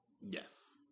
yes